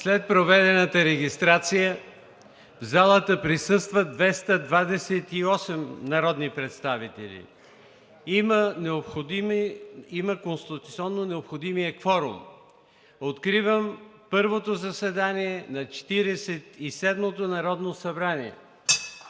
След проведената регистрация в залата присъстват 228 народни представители. Има конституционно необходимия кворум. Откривам първото заседание на Четиридесет